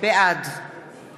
בעד